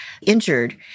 injured